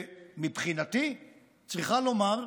שמבחינתי צריכה לומר: